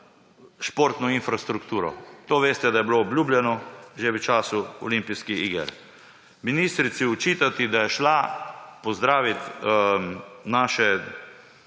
športno infrastrukturo. To veste, da je bilo obljubljeno že v času Olimpijskih iger. Ministrici očitati, da je šla pozdravit naše